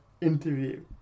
interview